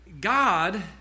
God